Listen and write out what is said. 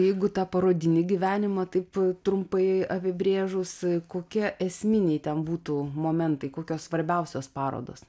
jeigu tą parodinį gyvenimą taip trumpai apibrėžus kokie esminiai ten būtų momentai kokios svarbiausios parodos